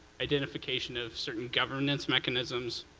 identification of certain governance mechanisms.